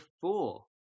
four